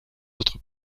autres